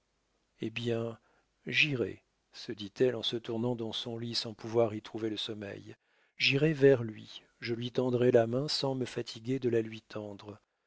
hé bien j'irai se dit-elle en se tournant dans son lit sans pouvoir y trouver le sommeil j'irai vers lui je lui tendrai la main sans me fatiguer de la lui tendre